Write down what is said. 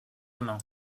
humains